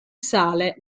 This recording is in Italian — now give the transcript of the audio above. sale